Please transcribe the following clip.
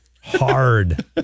hard